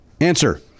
answer